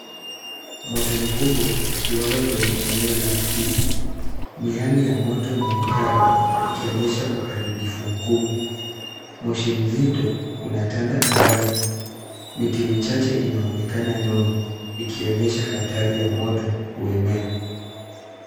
Moto mkubwa ukiwaka kwenye eneo la msitu. Miale ya moto ni mikali ikionyesha uharibifu mkubwa. Moshi nzito unatanda angani. Miti michache inaonekana nyuma ikionyesha hatari ya moto kuenea.